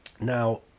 Now